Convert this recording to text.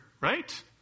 right